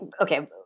okay